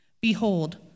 Behold